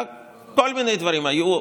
לכל מיני דברים היו.